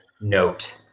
note